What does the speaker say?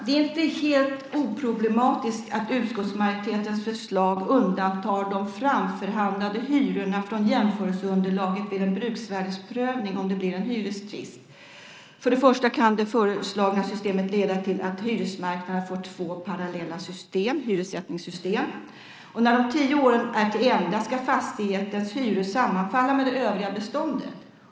Det är inte helt oproblematiskt att utskottsmajoritetens förslag undantar de framförhandlade hyrorna från jämförelseunderlaget vid en bruksvärdesprövning om det blir en hyrestvist. Det föreslagna systemet kan leda till att hyresmarknaden får två parallella hyressättningssystem. När det tio åren är till ända ska fastighetens hyror sammanfalla med de övriga beståndets.